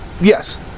Yes